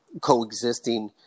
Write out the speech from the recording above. coexisting